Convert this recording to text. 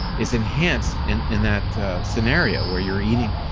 is enhanced and in that scenario where you're eating,